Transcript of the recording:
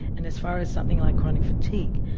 and as far as something like chronic fatigue,